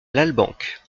lalbenque